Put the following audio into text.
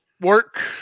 Work